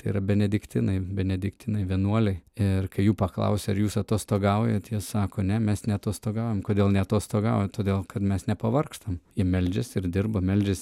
tai yra benediktinai benediktinai vienuoliai ir kai jų paklausia ar jūs atostogaujate jie sako ne mes neatostogaujam kodėl neatostogaujat todėl kad mes nepavargstam jie meldžias ir dirba meldžiasi